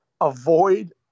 avoid